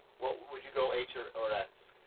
what. would you go h or or x?